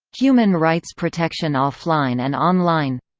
human rights protection offline and online